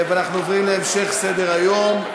אנחנו ממשיכים בסדר-היום: